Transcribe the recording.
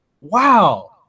wow